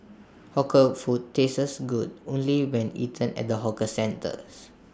hawker food tastes good only when eaten at the hawker centres